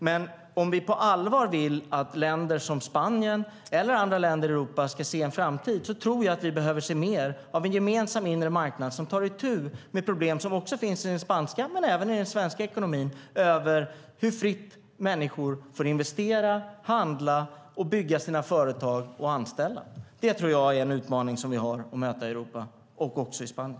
Men om vi på allvar vill att Spanien och andra länder i Europa ska se en framtid tror jag att vi behöver se mer av en gemensam inre marknad som tar itu med problem som finns i den spanska men även i den svenska ekonomin och handlar om hur fritt människor får investera, handla, bygga sina företag och anställa. Det tror jag är en utmaning som vi har att möta i Europa, även i Spanien.